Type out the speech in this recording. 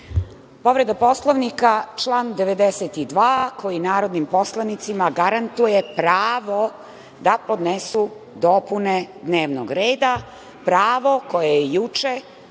Hvala. Povreda Poslovnika, član 92. koji narodnim poslanicima garantuje pravo da podnesu dopune dnevnog reda, pravo koje je juče